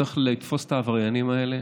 צריך לתפוס את העבריינים האלה,